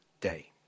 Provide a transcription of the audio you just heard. day